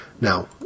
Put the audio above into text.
Now